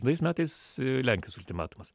kitais metais lenkijos ultimatumas